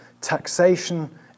taxation